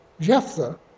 Jephthah